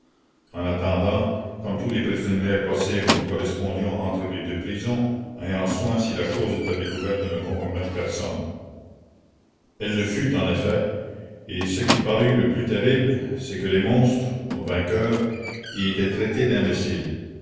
en attendant comme tous les prisonniers possibles nous correspondions entre les deux prisons ayant soin si la chose était découverte de ne compromettre personne elle le fut en effet et ce qui parut le plus terrible c'est que les monstres nos vainqueurs y étaient traités d'imbéciles